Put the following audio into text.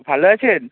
ভালো আছেন